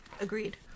agreed